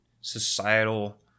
societal